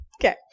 Okay